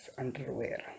underwear